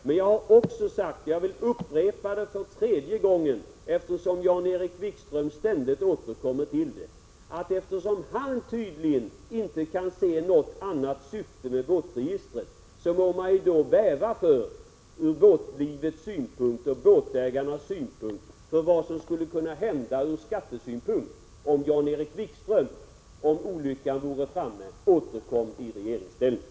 Men jag har också sagt — och jag vill upprepa det för tredje gången eftersom Jan-Erik Wikström ständigt återkommer till detta — att då han tydligen inte kan se något annat syfte med båtregistret, må man med hänsyn till båtägarna bäva för vad som skulle kunna hända ur skattesynpunkt om Jan-Erik Wikström, om olyckan vore framme, skulle återkomma i regeringsställning.